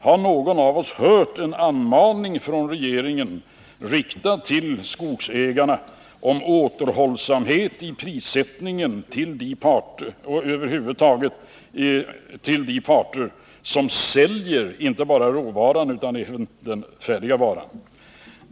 Har någon av oss hört en anmaning från regeringen om återhållsamhet i prissättningen, riktad till de parter som säljer inte bara råvaran utan även den färdiga varan?